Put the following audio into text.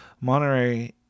Monterey